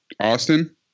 Austin